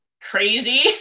crazy